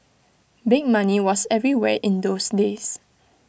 big money was everywhere in those days